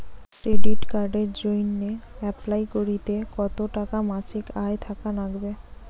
Credit কার্ডের জইন্যে apply করিতে কতো টাকা মাসিক আয় থাকা নাগবে?